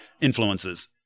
influences